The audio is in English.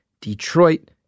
Detroit